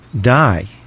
die